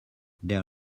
their